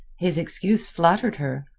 his excuse flattered her.